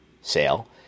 sale